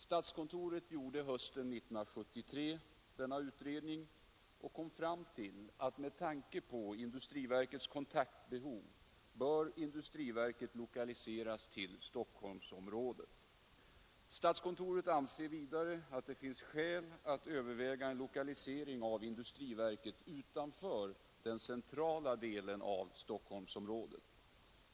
Statskontoret gjorde hösten 1973 denna utredning och kom fram till att med tanke på industriverkets kontaktbehov bör industriverket lokaliseras till Stockholmsområdet. Statskontoret anser vidare att det Nr 83 finns skäl att överväga en lokalisering av industriverket utanför den Torsdagen den centrala delen av Stockholmsområdet.